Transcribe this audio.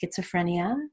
schizophrenia